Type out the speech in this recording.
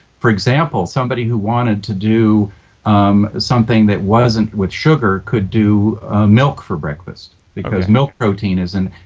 for example, somebody who wanted to do um something that wasn't with sugar could do milk for breakfast because milk protein is and